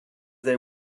they